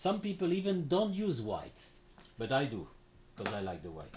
some people even don't use white but i do because i like the way